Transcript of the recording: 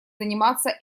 заниматься